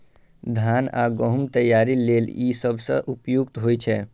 धान आ गहूम तैयारी लेल ई सबसं उपयुक्त होइ छै